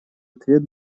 ответ